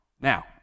Now